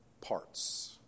parts